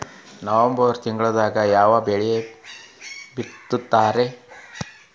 November ತಿಂಗಳದಾಗ ಯಾವ ಬೆಳಿ ಬಿತ್ತತಾರ?